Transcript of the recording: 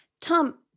Tom